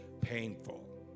painful